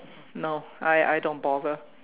no I I don't bother